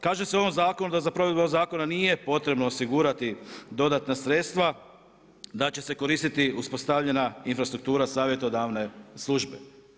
Kaže se o ovom zakonu da provedbu ovog zakona nije potrebna osigurati dodatna sredstva, da će se koristiti uspostavljena infrastruktura savjetodavne službe.